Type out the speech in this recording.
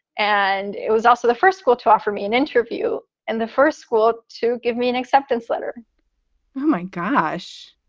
and it was also the first school to offer me an interview. and the first school to give me an acceptance letter oh, my gosh,